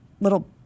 little